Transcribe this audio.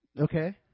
Okay